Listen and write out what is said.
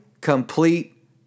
complete